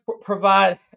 provide